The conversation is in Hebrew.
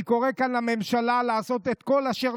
אני קורא כאן לממשלה לעשות את כל אשר